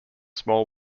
small